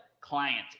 clients